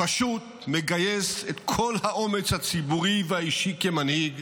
פשוט מגייס את כל האומץ הציבורי והאישי כמנהיג,